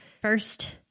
first